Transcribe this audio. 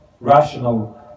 rational